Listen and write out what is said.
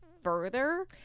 further